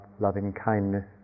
loving-kindness